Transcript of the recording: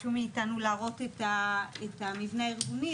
ביקשו מאיתנו להראות את המבנה הארגוני,